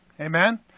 Amen